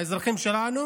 לאזרחים שלנו,